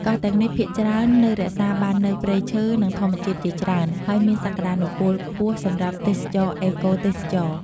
កោះទាំងនេះភាគច្រើននៅរក្សាបាននូវព្រៃឈើ និងធម្មជាតិជាច្រើន ហើយមានសក្ដានុពលខ្ពស់សម្រាប់ទេសចរណ៍អេកូទេសចរណ៍។